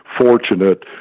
fortunate